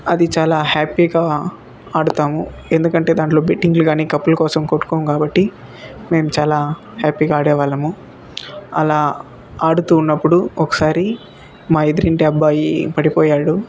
అది చాలా హ్యాపీగా ఆడతాము ఎందుకంటే దాంట్లో బెట్టింగ్లు కానీ కప్పుల కోసం కొట్టుకోము కాబట్టి మేము చాలా హ్యాపీగా ఆడేవాళ్ళము అలా ఆడుతు ఉన్నప్పుడు ఒకసారి మా ఎదురింటి అబ్బాయి పడిపోయాడు